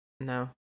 No